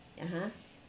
(uh huh)